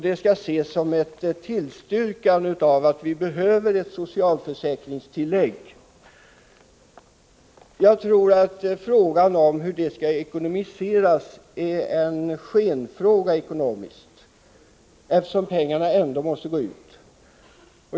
Det skall ses som en bekräftelse av att det behövs ett socialförsäkringstillägg. Jag tror att frågan om hur det skall finansieras är en ekonomisk skenfråga, eftersom pengarna ändå måste gå ut.